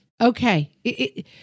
Okay